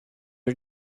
are